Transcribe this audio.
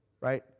right